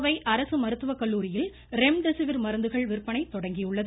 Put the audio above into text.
கோவை அரசு மருத்துவக்கல்லூரியில் ரெம்டெசிவிர் மருந்துகள் விற்பனை தொடங்கியுள்ளது